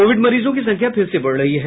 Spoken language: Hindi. कोविड मरीजों की संख्या फिर से बढ़ रही है